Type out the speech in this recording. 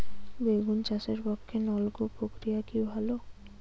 বেগুন চাষের পক্ষে নলকূপ প্রক্রিয়া কি ভালো?